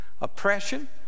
oppression